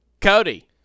Cody